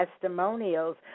testimonials